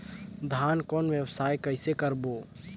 धान कौन व्यवसाय कइसे करबो?